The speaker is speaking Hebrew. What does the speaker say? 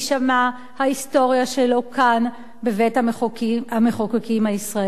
ההיסטוריה שלו כאן בבית-המחוקקים הישראלי.